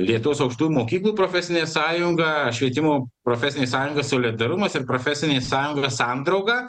lietuvos aukštųjų mokyklų profesinė sąjunga švietimo profesinė sąjunga solidarumas ir profesinė sąjunga sandrauga